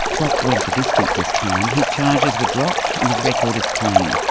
brock went the distance this time. his charges were dropped and his record is clean.